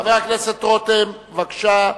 חבר הכנסת רותם, בבקשה.